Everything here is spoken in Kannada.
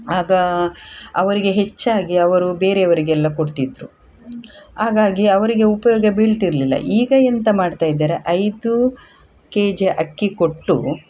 ಆಗ ಅವರಿಗೆ ಹೆಚ್ಚಾಗಿ ಅವರು ಬೇರೆಯವರಿಗೆಲ್ಲ ಕೊಡ್ತಿದ್ದರು ಹಾಗಾಗಿ ಅವರಿಗೆ ಉಪಯೋಗ ಬೀಳ್ತಿರಲಿಲ್ಲ ಈಗ ಎಂತ ಮಾಡ್ತಾ ಇದ್ದಾರೆ ಐದು ಕೆ ಜಿ ಅಕ್ಕಿ ಕೊಟ್ಟು